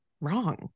wrong